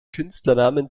künstlernamen